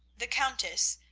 the countess,